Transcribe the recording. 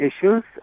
issues